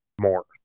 more